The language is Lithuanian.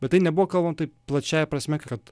bet tai nebuvo kalbama taip plačiąja prasme kad